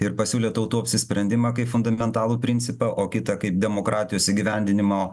ir pasiūlė tautų apsisprendimą kaip fundamentalų principą o kita kaip demokratijos įgyvendinimo